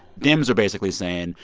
dems are basically saying,